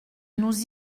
nous